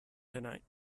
tonight